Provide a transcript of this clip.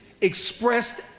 expressed